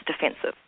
defensive